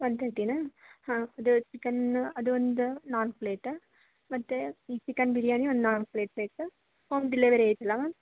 one ತರ್ಟಿನಾ ಹಾಂ ಅದು ಚಿಕನ್ ಅದೊಂದು ನಾಲ್ಕು ಪ್ಲೇಟ್ ಮತ್ತೆ ಈ ಚಿಕನ್ ಬಿರ್ಯಾನಿ ಒಂದು ನಾಲ್ಕು ಪ್ಲೇಟ್ ಬೇಕು ಹೋಮ್ ಡೆಲೆವರಿ ಐತಲ್ಲಾ ಮ್ಯಾಮ್